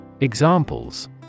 examples